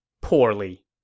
poorly